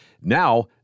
Now